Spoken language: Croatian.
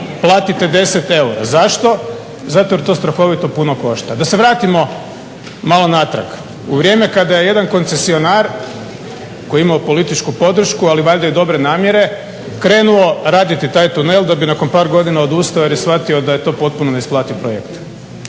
platite 10 eura, zašto? Zato jer to strahovito puno košta. Da se vratimo malo natrag. U vrijeme kada je jedan koncesionar koji je imao političku podršku ali valjda i dobre namjere krenuo raditi taj tunel da bi nakon par godina odustao i shvatio da je to gotovo neisplativ projekt.